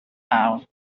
out